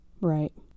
right